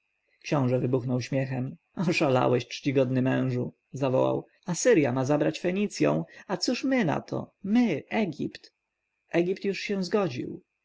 książę wybuchnął śmiechem oszalałeś czcigodny mężu zawołał asyrja ma zabrać fenicję a cóż my na to my egipt egipt już się zgodził